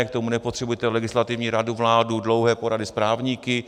K tomu nepotřebujete legislativní radu, vládu, dlouhé porady s právníky.